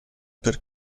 per